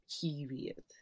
period